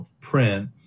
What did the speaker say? print